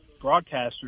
broadcasters